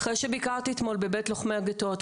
אחרי שביקרתי אתמול בבית לוחמי הגטאות,